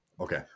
Okay